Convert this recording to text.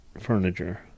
furniture